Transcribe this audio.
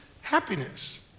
happiness